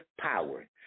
power